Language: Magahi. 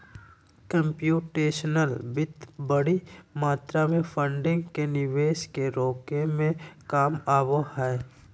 कम्प्यूटेशनल वित्त बडी मात्रा में फंडिंग के निवेश के रोके में काम आबो हइ